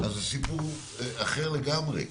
אז זה סיפור אחר לגמרי.